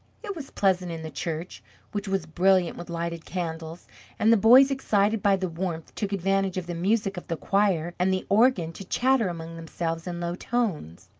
it was pleasant in the church which was brilliant with lighted candles and the boys excited by the warmth took advantage of the music of the choir and the organ to chatter among themselves in low tones.